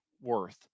worth